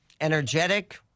energetic